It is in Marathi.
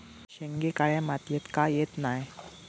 शेंगे काळ्या मातीयेत का येत नाय?